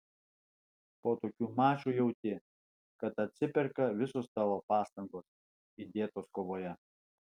po tokių mačų jauti kad atsiperka visos tavo pastangos įdėtos kovoje